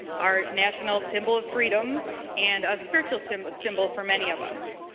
our national symbol of freedom and a spiritual symbol symbol for many of us.